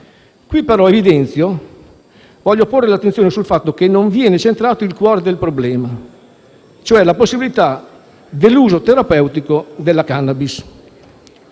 Qui però evidenzio e voglio porre l'attenzione sul fatto che non viene centrato il cuore del problema, cioè la possibilità dell'uso terapeutico della *cannabis*.